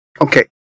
Okay